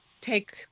take